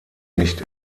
nicht